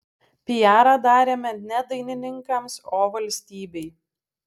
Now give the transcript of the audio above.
piarą darėme ne dainininkams o valstybei